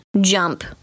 jump